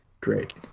great